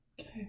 Okay